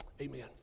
amen